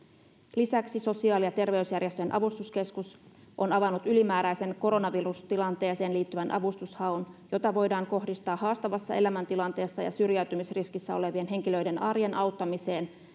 lisäksi sosiaali ja terveysjärjestöjen avustuskeskus on avannut ylimääräisen koronavirustilanteeseen liittyvän avustuksen haun jota voidaan kohdistaa haastavassa elämäntilanteessa ja syrjäytymisriskissä olevien henkilöiden arjen auttamiseen